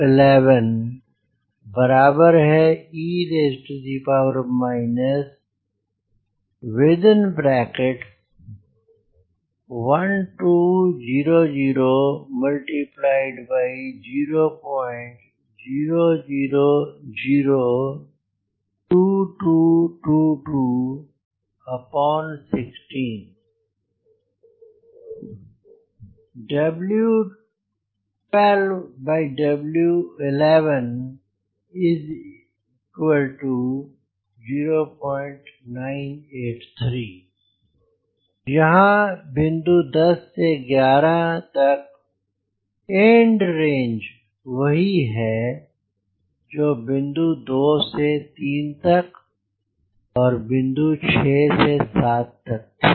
E2 20 60 1200 second e 12000000222216 0983 यहाँ बिंदु 10 से 11 तक एंड रेंज वही है जो बिंदु 2 से 3 तक और बिंदु 6 से 7 तक थी